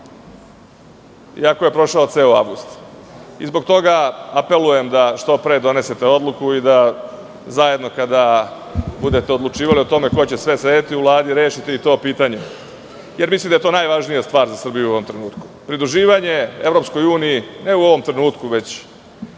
iako je prošao ceo avgust. Zbog toga apelujem da što pre donesete odluku i da zajedno kada budete odlučivali o tome ko će sedeti u Vladi, rešite i to pitanje, jer mislim da je to najvažnija stvar za Srbiju u ovom trenutku. Pridruživanje EU, od onog momenta kada